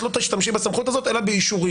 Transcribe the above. את לא תשתמשי בסמכות הזאת אלא באישורי.